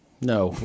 No